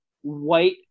white